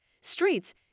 Streets